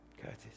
Curtis